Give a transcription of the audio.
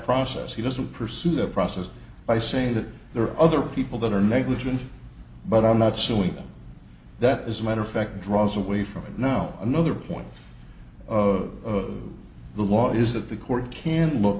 process he doesn't pursue the process by saying that there are other people that are negligent but i'm not suing them that is matter of fact draws away from it now another point of the law is that the court can look